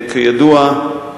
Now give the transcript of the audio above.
כידוע,